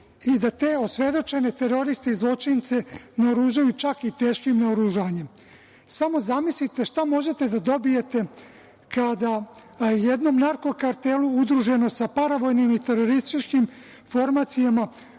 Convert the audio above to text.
i da te osvedočene teroriste i zločince naoružaju čak i teškim naoružanjem. Samo zamislite šta možete da dobijete kada jednom narko kartelu udruženom sa paravojnim i terorističkim formacijama